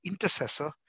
intercessor